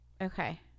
Okay